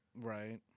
Right